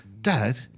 dad